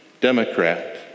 Democrat